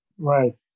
Right